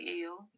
ill